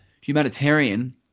humanitarian